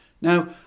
Now